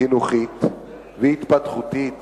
חינוכית והתפתחותית